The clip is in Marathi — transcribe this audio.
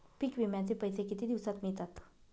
पीक विम्याचे पैसे किती दिवसात मिळतात?